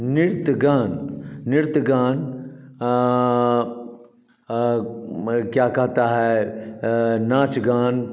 नृत्य गान नृत्य गान मैं क्या कहता है नाच गान